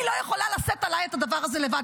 אני לא יכולה לשאת עליי את הדבר הזה לבד,